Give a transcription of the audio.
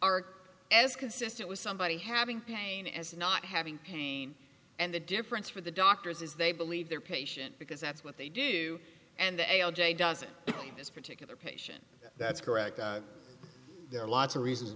are as consistent with somebody having pain as not having pain and the difference for the doctors is they believe their patient because that's what they do and they all day doesn't this particular patient that's correct there are lots of reasons